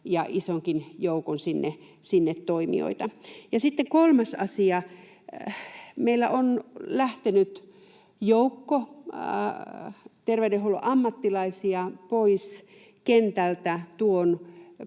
isonkin joukon toimijoita. Sitten kolmas asia. Meillä on lähtenyt joukko terveydenhuollon ammattilaisia pois kentältä tuon